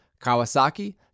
Kawasaki